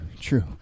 true